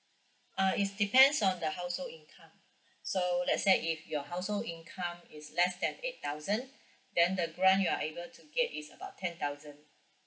uh it's depends on the household income so let's say if your household income is less than eight thousand then the grant you are able to get is about ten thousand